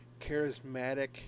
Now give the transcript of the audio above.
charismatic